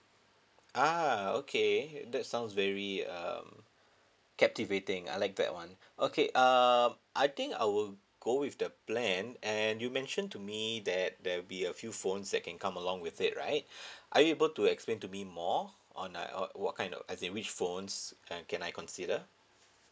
ah okay that's sounds very um captivating I like that one okay um I think I will go with the plan and you mentioned to me that there'll be a few phones that can come along with it right are you able to explain to me more on a uh what kind of as in which phones uh can I consider